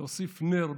להוסיף נר,